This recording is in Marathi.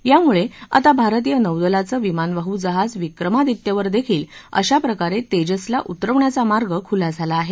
यामुळे आता भारतीय नौदलाचं विमानवाहू जहाज विक्रमदित्य वर देखील अशा प्रकारे तेजसला उतरवण्याचा मार्ग खुला झाला आहे